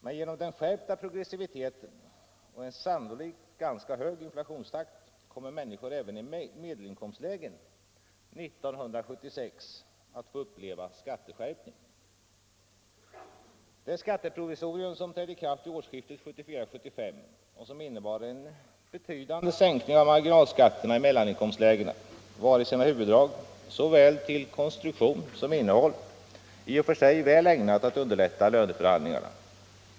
Men genom den skärpta progressiviteten och en sannolikt ganska hög inflationstakt kommer människor även i medelinkomstlägen 1976 att få uppleva skatteskärpning. komstlägena, var i sina huvuddrag, såväl till konstruktion som innehåll, i och för sig väl ägnat att underlätta löneförhandlingarna.